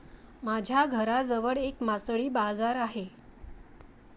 माझ्या घराजवळ एक मासळी बाजार आहे